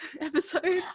episodes